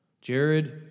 Jared